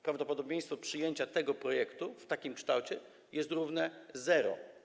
Prawdopodobieństwo przyjęcia tego projektu w takim kształcie jest równe zeru.